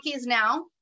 now